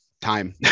time